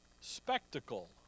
spectacle